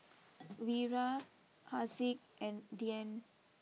Wira Haziq and Dian